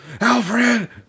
Alfred